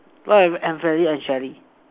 what is and Shally